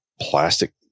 plastic